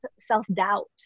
self-doubt